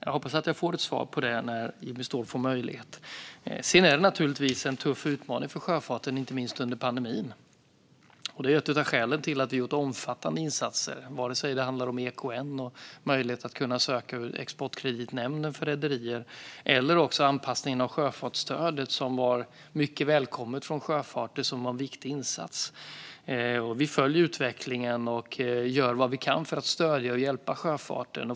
Jag hoppas att jag får ett svar på det i Jimmy Ståhls nästa anförande. Sedan är det naturligtvis en tuff utmaning för sjöfarten, inte minst under pandemin. Det är ett av skälen till att vi gjort omfattande insatser, vare sig det handlar om möjligheten att söka från Exportkreditnämnden, EKN, för rederier eller anpassningen av sjöfartsstödet, som var mycket välkommen för sjöfarten och var en viktig insats. Vi följer utvecklingen och gör vad vi kan för att stödja och hjälpa sjöfarten.